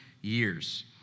years